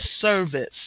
service